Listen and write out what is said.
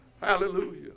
Hallelujah